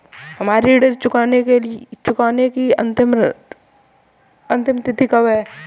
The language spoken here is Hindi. हमारी ऋण चुकाने की अंतिम तिथि कब है?